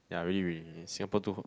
yeah really really Singapore too hot